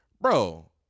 Bro